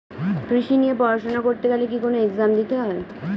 কৃষি নিয়ে পড়াশোনা করতে গেলে কি কোন এগজাম দিতে হয়?